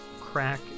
crack